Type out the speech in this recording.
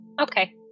okay